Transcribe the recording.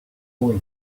boy